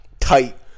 tight